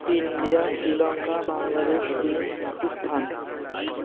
India Sri Lanka Bangladesh চীন পাকিস্থান